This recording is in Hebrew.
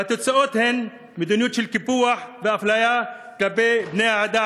והתוצאות הן מדיניות של קיפוח ואפליה כלפי בני העדה